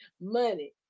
Money